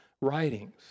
writings